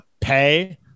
pay